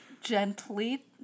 gently